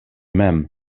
mem